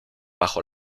bajo